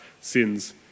sins